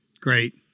Great